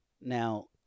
Now